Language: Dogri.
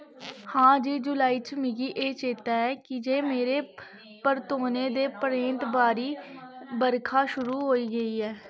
हां जी जुलाई च मिगी एह् चेता ऐ की जे मेरे परतोने दे परैंत्त भारी बरखा शुरू होई गेई ऐ